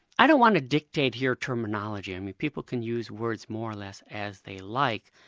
i don't want to dictate here terminology, and if people can use words more or less as they like,